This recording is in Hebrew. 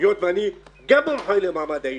היות שאני גם מומחה למעמד האישה.